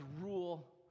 rule